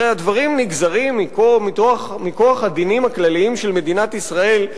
הרי הדברים נגזרים מכוח הדינים הכלליים של מדינת ישראל,